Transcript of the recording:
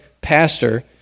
pastor